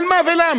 על מה ולמה?